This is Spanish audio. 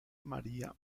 maria